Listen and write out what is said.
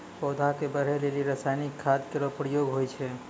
पौधा क बढ़ै लेलि रसायनिक खाद केरो प्रयोग होय छै